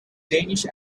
danish